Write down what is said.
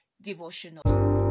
devotional